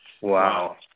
Wow